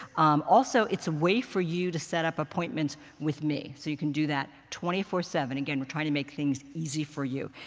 also, it's a way for you to set up appointments with me. so you can do that twenty four seven. again, we're trying to make things easy for you.